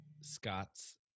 Scott's